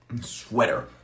Sweater